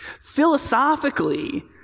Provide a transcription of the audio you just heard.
Philosophically